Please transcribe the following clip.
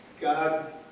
God